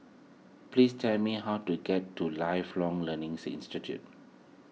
please tell me how to get to Lifelong Learning's Institute